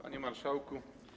Panie Marszałku!